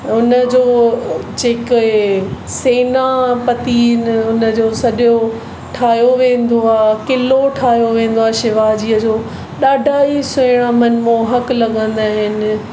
हुनजो जेके ए सेनापति हिन हुनजो सॼो ठाहियो वेंदो आहे क़िलो ठाहियो वेंदो आहे शिवाजीअ जो ॾाढा ई सुहिणा मनमोहक लॻंदा आहिनि